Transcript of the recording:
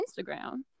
Instagram